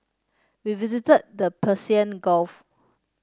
we visited the Persian Gulf